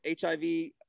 HIV